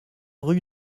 rue